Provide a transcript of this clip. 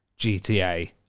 GTA